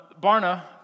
Barna